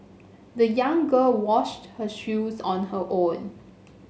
the young girl washed her shoes on her own